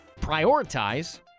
prioritize